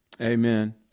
Amen